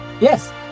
Yes